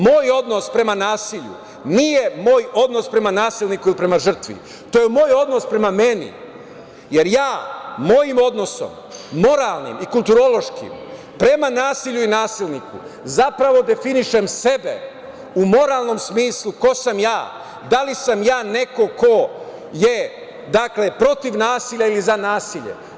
Moj odnos prema nasilju nije moj odnos prema nasilniku ili prema žrtvi, to je moj odnos prema meni, jer ja mojim odnosom moralnim i kulturološkim, prema nasilju i nasilniku, zapravo definišem sebe u moralnom smislu ko sam ja, da li sam ja neko ko je protiv nasilja ili za nasilje.